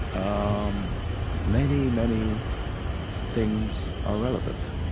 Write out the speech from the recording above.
um many, many things are relevant.